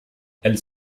elles